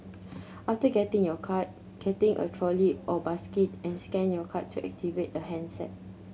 after getting your card getting a trolley or basket and scan your card to activate a handset